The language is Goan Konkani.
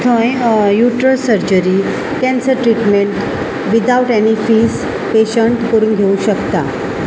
थंय युट्रो सर्जरी कँसर ट्रिटमेंट विदावट एनी फीस पेशंट करून घेवं शकता